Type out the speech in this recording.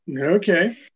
Okay